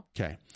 Okay